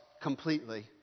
completely